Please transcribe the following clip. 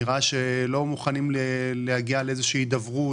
נראה שלא מוכנים להגיע לאיזושהי הידברות.